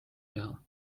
teha